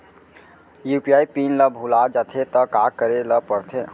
UPI pin ल भुला जाथे त का करे ल पढ़थे?